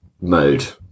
mode